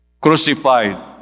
crucified